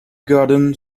garden